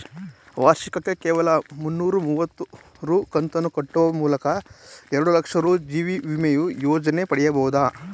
ವಾರ್ಷಿಕಕ್ಕೆ ಕೇವಲ ಮುನ್ನೂರ ಮುವತ್ತು ರೂ ಕಂತನ್ನು ಕಟ್ಟುವ ಮೂಲಕ ಎರಡುಲಕ್ಷ ರೂ ಜೀವವಿಮೆಯ ಯೋಜ್ನ ಪಡೆಯಬಹುದು